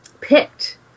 picked